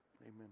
amen